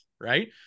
right